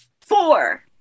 Four